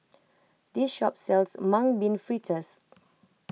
this shop sells Mung Bean Fritters